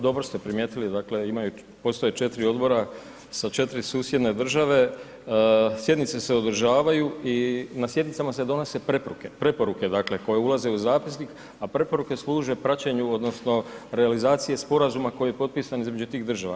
Dobro ste primijetili, dakle imaju, postoje 4 odbora sa 4 susjedne države, sjednice se održavaju i na sjednicama se donose preporuke dakle koje ulaze u zapisnik, a preporuke služe praćenju odnosno realizaciji sporazuma koji je potpisan između tih država.